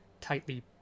tightly